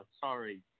Sorry